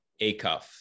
Acuff